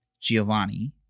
Giovanni